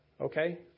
okay